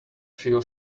feel